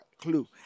clue